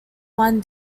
one